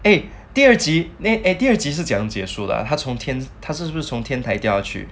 eh 第二集 eh eh 第二季他是怎样结束的 ah 他从天他是不是从天台掉下去